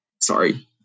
Sorry